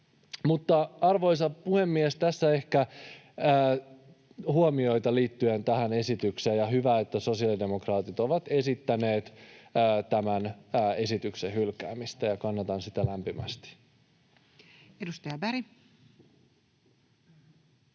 Arvoisa puhemies! Tässä ehkä huomioita liittyen tähän esitykseen. Hyvä, että sosiaalidemokraatit ovat esittäneet tämän esityksen hylkäämistä. Kannatan sitä lämpimästi. [Speech 171]